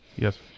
Yes